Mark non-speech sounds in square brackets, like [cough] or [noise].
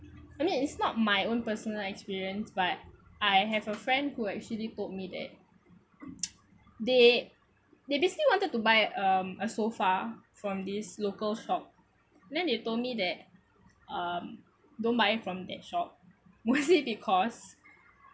I mean it's not my own personal experience but I have a friend who actually told me that [noise] they they basically wanted to buy um a sofa from these local shop then they told me that um don't buy it from that shop [laughs] mostly because